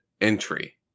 entry